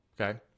Okay